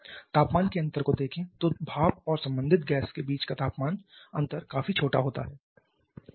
तापमान के अंतर को देखें तो भाप और संबंधित गैस के बीच का तापमान अंतर काफी छोटा है